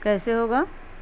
کیسے ہوگا